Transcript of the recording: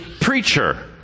preacher